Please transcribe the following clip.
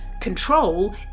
control